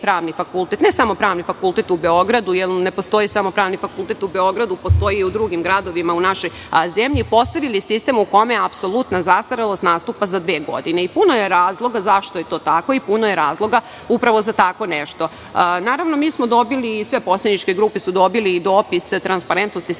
pravni fakultet, ne samo Pravni fakultet u Beogradu jer ne postoji samo Pravni fakultet u Beogradu, postoji i u drugim gradovima u našoj zemlji, postavili sistem u kome apsolutna zastarelost nastupa za dve godine i puno je razloga zašto je to tako i puno je razloga upravo za tako nešto. Sve poslaničke grupe su dobile dopis "transparentnosti